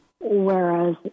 whereas